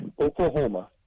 Oklahoma